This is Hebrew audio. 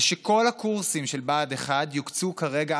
ושכל הקורסים של בה"ד 1 יוקצו כרגע,